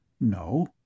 No